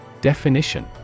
Definition